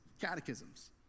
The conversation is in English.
catechisms